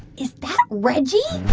is that reggie?